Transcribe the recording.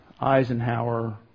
Eisenhower